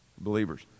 believers